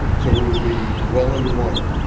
so we will be well under water